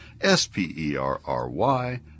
S-P-E-R-R-Y